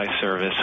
service